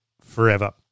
forever